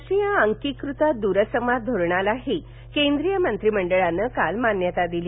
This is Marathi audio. राष्ट्रीय अंकीकृत दूरसंवाद धोरणालाही केंद्रीय मंत्रिमंडळानं काल मान्यता दिली